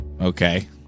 Okay